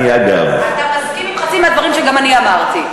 אני, אגב,